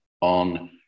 on